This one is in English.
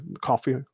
coffee